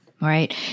Right